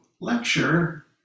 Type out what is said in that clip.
lecture